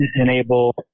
enable